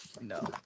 No